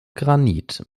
granit